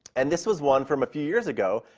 and this was one from a few years ago.